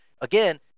again